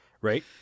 Right